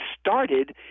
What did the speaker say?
started